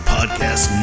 Podcast